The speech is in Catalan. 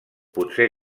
potser